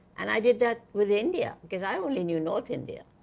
and i did that with india because i only knew north india.